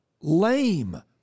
lame